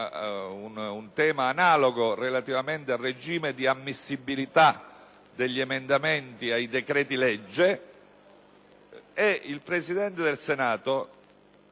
questione analoga relativamente al regime di ammissibilità degli emendamenti ai decreti-legge.